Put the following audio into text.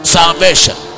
Salvation